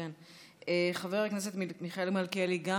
חבר הכנסת מיכאל מלכיאלי,